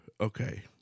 Okay